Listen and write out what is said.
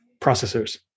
Processors